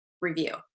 review